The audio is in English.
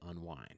unwind